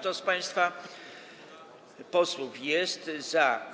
Kto z państwa posłów jest za